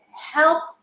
help